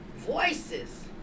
Voices